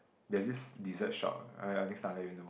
there's this dessert shop next time I let you know